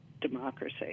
democracy